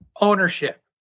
ownership